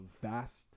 vast